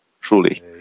truly